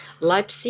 Leipzig